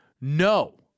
No